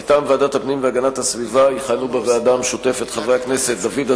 הפעם הודעה שאין צורך להצביע